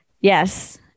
Yes